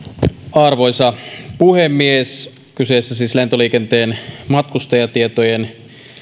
arvoisa puhemies kyseessä on siis lentoliikenteen matkustajatietojen